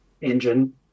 engine